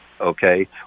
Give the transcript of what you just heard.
okay